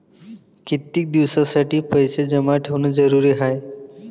कितीक दिसासाठी पैसे जमा ठेवणं जरुरीच हाय?